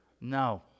No